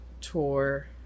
tour